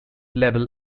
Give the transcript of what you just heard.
label